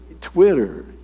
Twitter